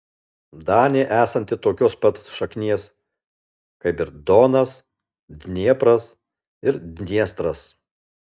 danė esanti tokios pat šaknies kaip ir donas dniepras ir dniestras